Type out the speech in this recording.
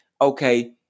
okay